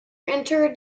inter